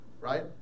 right